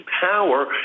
power